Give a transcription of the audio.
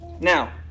Now